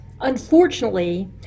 unfortunately